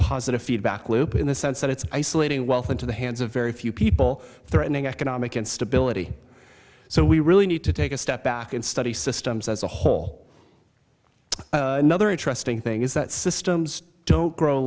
positive feedback loop in the sense that it's isolating wealth into the hands of very few people threatening economic instability so we really need to take a step back and study systems as a whole another interesting thing is that systems don't grow